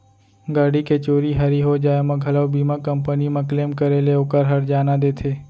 गाड़ी के चोरी हारी हो जाय म घलौ बीमा कंपनी म क्लेम करे ले ओकर हरजाना देथे